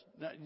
Now